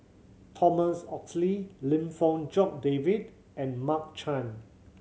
Thomas Oxley Lim Fong Jock David and Mark Chan